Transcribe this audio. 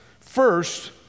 First